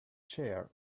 chair